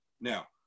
Now